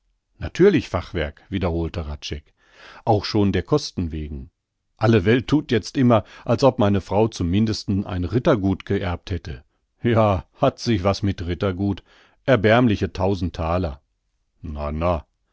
natürlich fachwerk wiederholte hradscheck auch schon der kosten wegen alle welt thut jetzt immer als ob meine frau zum mindesten ein rittergut geerbt hätte ja hat sich was mit rittergut erbärmliche tausend thaler na na